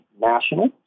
national